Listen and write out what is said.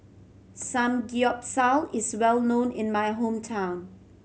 samgyeopsal is well known in my hometown